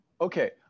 okay